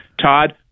Todd